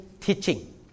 teaching